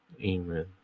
Amen